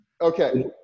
Okay